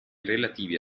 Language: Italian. relativi